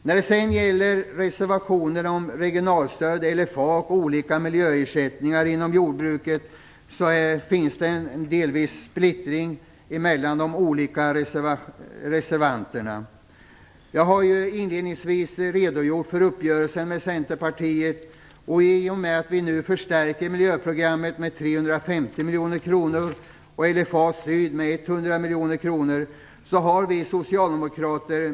När det gäller reservationerna om regionalstöd, LFA, och olika miljöersättningar inom jordbruket råder det delvis splittring mellan de olika reservanterna. Jag har inledningsvis redogjort för uppgörelsen med Centerpartiet. Vi föreslår nu en förstärkning av miljöprogrammet med 350 miljoner kronor och av LFA syd med 100 miljoner kronor.